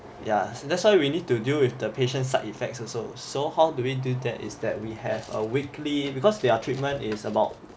ya that's why we need to deal with the patient's side effects also so how do we do that is that we have a weekly because their treatment is about